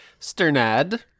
Sternad